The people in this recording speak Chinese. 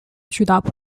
巨大